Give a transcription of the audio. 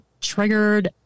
triggered